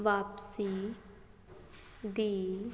ਵਾਪਸੀ ਦੀ